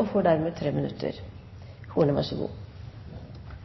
opp denne viktige saken. Det er